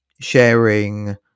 sharing